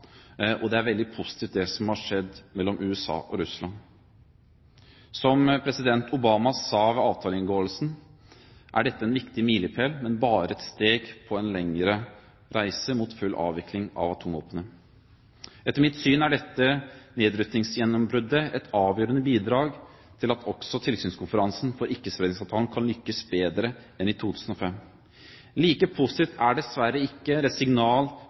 Det som har skjedd mellom USA og Russland, er veldig positivt. Som president Obama sa ved avtaleinngåelsen, er dette en viktig milepæl, men bare et steg på en lengre reise mot full avvikling av atomvåpnene. Etter mitt syn er dette nedrustningsgjennombruddet et avgjørende bidrag til at også tilsynskonferansen for Ikkespredningsavtalen kan lykkes bedre enn i 2005. Like positivt er dessverre ikke det signal